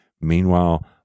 Meanwhile